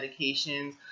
medications